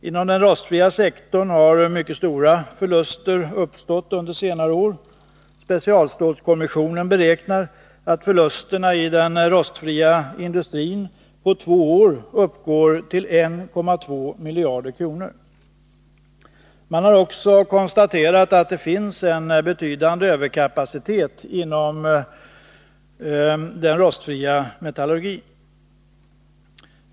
Inom den rostfria sektorn har mycket stora förluster uppstått under senare år. Specialstålskommissionen beräknar att förlusterna i den rostfria industrin på två år uppgår till 1,2 miljarder kronor. Man har också konstaterat att det finns en betydande överkapacitet inom den rostfria metallurgin.